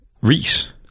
Reese